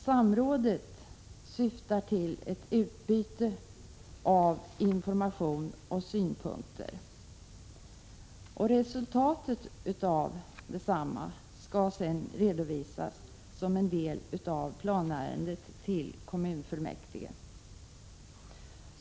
Samrådet syftar till ett utbyte av information och synpunkter, och resultatet av desamma skall sedan redovisas som en del av planärendet till kommunfullmäktige.